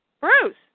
Bruce